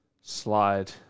slide